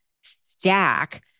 stack